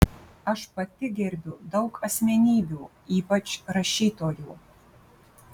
aš pati gerbiu daug asmenybių ypač rašytojų